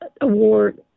award